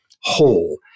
whole